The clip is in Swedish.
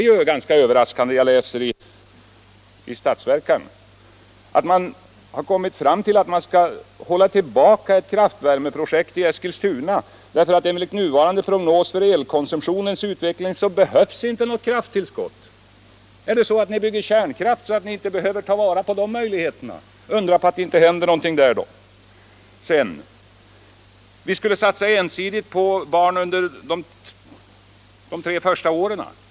Jag läser i budgetpropositionen att man kommit fram till att ett kraftvärmeprojekt i Eskilstuna inte behövs därför att det enligt nuvarande prognoser för elkonsumtionens utveckling inte skulle behövas något krafttillskott. Är det så att ni bygger kärnkraftverk så att ni inte behöver ta vara på möjligheterna på andra områden? Undra då på att det inte händer någonting där. Så en annan fråga. Vi skulle satsa ensidigt på barn under de tre första åren.